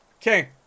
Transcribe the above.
Okay